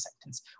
sentence